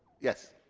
yes.